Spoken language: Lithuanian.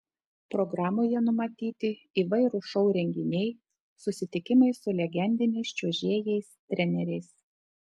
programoje numatyti įvairūs šou renginiai susitikimai su legendiniais čiuožėjais treneriais